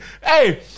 Hey